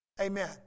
Amen